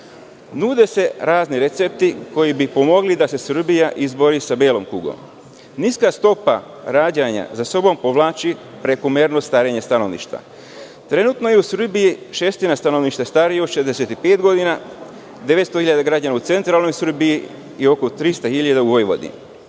se razni recepti koji bi pomogli da se Srbija izbori sa belom kugom. Niska stopa rađanja za sobom povlači prekomerno starenje stanovništva. Trenutno je u Srbiji šestina stanovništva starija od 65 godina, 900.000 građana u centralnoj Srbiji i oko 300.000 u Vojvodini.U